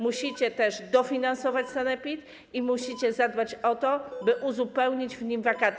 Musicie też dofinansować sanepid i musicie zadbać o to, by uzupełnić w nim wakaty.